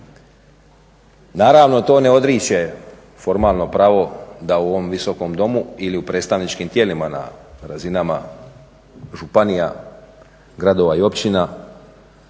Naravno to ne odriče formalno pravo da u ovom Visokom domu ili u predstavničkim tijelima na razinama županija, gradova i općina